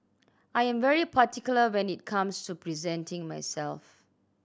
I am very particular when it comes to presenting myself